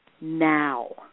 now